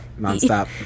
nonstop